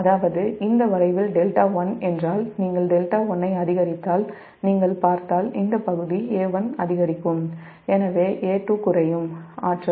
அதாவது இந்த வளைவில் δ1 என்றால் நீங்கள் δ1 ஐ அதிகரித்தால் இந்த பகுதி A1 அதிகரிக்கும் எனவே A2 குறையும் ஆற்றல்